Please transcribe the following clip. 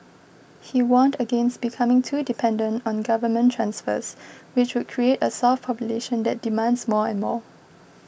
he warned against becoming too dependent on government transfers which would create a soft population that demands more and more